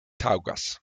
taŭgas